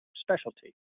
specialty